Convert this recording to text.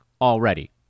already